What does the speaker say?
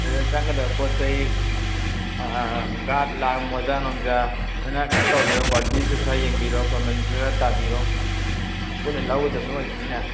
ꯑꯗꯨꯗ ꯆꯪꯒꯗꯕ ꯄꯣꯠ ꯆꯩ ꯒꯥꯠ ꯂꯥꯡ ꯃꯣꯖꯥ ꯅꯨꯡꯖꯥ ꯂꯣꯏꯅ ꯀꯩꯅꯣ ꯇꯧꯕꯤꯔꯣ ꯀ꯭ꯋꯥꯂꯤꯇꯤꯁꯨ ꯈꯔ ꯌꯦꯡꯕꯤꯔꯣ ꯃꯃꯟꯁꯨ ꯈꯔ ꯇꯥꯕꯤꯔꯣ ꯄꯨꯟꯅ ꯂꯧꯒꯗꯕ ꯑꯣꯏꯕꯅꯤꯅ